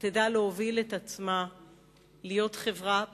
תדע להוביל את עצמה להיות חברה פתוחה,